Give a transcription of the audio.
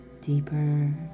deeper